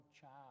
child